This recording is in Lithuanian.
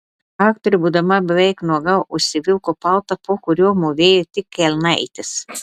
aktorė būdama beveik nuoga užsivilko paltą po kuriuo mūvėjo tik kelnaites